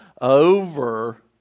over